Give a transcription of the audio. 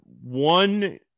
one